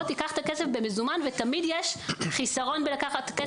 בוא קח את הכסף במזומן ותמיד יש חסרון כשלוקחים